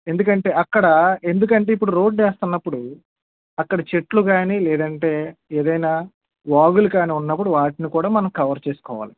ఎందుకంటే అక్కడ ఎందుకంటే ఇప్పుడు రోడ్డు వేస్తున్నప్పుడు అక్కడ చెట్లుగాని లేదంటే ఏదైనా వాగులు కాని ఉన్నప్పుడు వాటిని కూడా మనం కవర్ చేసుకోవాలి